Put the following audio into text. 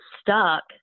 stuck